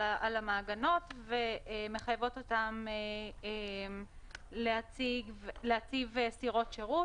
המעגנות ומחייבות אותן להציב סירות שירות.